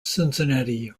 cincinnati